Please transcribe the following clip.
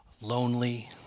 lonely